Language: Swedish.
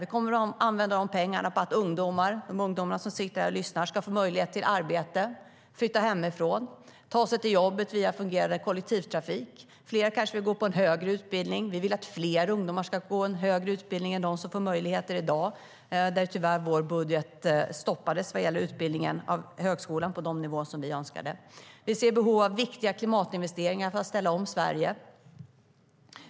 Vi kommer att använda pengarna på att ungdomar - de ungdomar som sitter på läktaren och lyssnar - ska få möjlighet till arbete, kunna flytta hemifrån, ta sig till jobbet med fungerande kollektivtrafik. Flera kanske vill gå en högre utbildning. Vi vill att fler ungdomar ska gå en högre utbildning än de som får möjlighet i dag. När det gäller utbildning på högskola stoppades tyvärr vår budget vad gällde den nivå som vi ville ha. Vi ser behov av viktiga klimatinvesteringar för att ställa om Sverige.